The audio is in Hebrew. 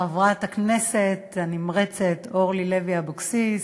חברת הכנסת הנמרצת אורלי לוי אבקסיס,